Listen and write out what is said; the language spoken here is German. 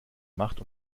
macht